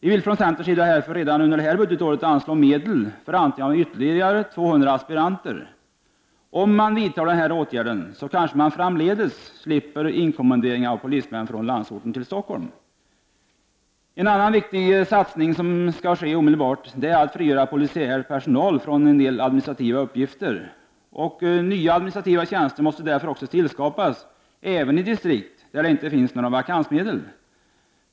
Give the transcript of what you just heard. Vi vill från centerns sida därför redan under innevarande budgetår anslå medel för antagning av ytterligare 200 aspiranter. Om man vidtar denna åtgärd, slipper man kanske framdeles inkommenderingar av polismän från landsorten. En annan viktig satsning som kan ske omedelbart är att frigöra polisiär personal från en del administrativa uppgifter. Nya administrativa tjänster måste därför tillskapas även i distrikt där det inte finns några vakansmedel.